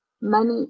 money